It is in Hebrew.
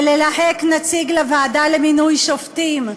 וללהק נציג לוועדה למינוי שופטים?